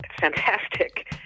fantastic